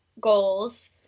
goals